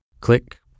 click